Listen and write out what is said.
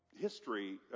history